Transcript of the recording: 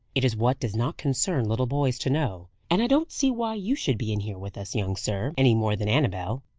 it is what does not concern little boys to know and i don't see why you should be in here with us, young sir, any more than annabel.